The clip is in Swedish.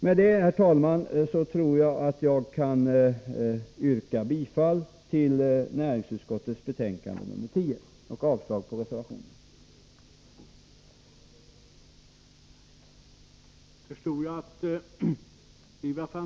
Herr talman! Med detta yrkar jag bifall till näringsutskottets hemställan i betänkande nr 10 och avslag på reservationen.